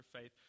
faith